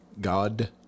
God